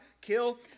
kill